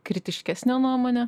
kritiškesnę nuomonę